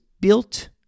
built